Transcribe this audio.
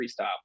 freestyle